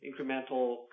incremental